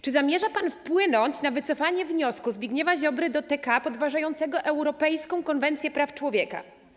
Czy zamierza pan wpłynąć na wycofanie wniosku Zbigniewa Ziobry do TK podważającego europejską konwencję praw człowieka?